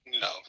no